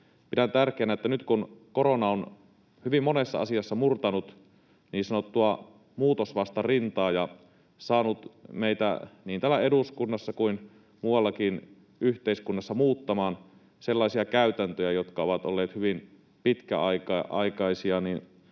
Pidän tärkeänä, että nyt kun korona on hyvin monessa asiassa murtanut niin sanottua muutosvastarintaa ja saanut meitä niin täällä eduskunnassa kuin muuallakin yhteiskunnassa muuttamaan sellaisia käytäntöjä, jotka ovat olleet hyvin pitkäaikaisia,